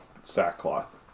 sackcloth